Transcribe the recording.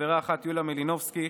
חברה אחת: יוליה מלינובסקי,